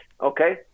Okay